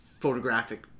photographic